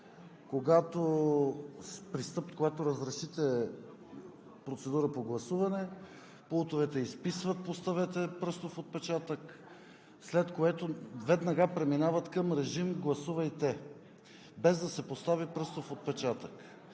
когато обявите процедура по гласуване, пултовете изписват „Поставете пръстов отпечатък“, след което веднага преминават към режим „Гласувайте“, без да се постави пръстов отпечатък.